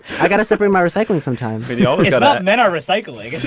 i got to separate my recycling. sometimes ah but men are recycling.